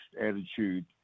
attitude